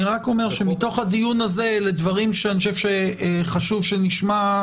אני רק אומר שמתוך הדיון הזה אלה דברים שחשוב שנשמע אותם,